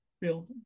real